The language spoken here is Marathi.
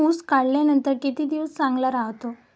ऊस काढल्यानंतर किती दिवस चांगला राहतो?